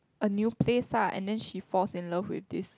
a new place lah and then she falls in love with this